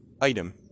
item